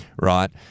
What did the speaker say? Right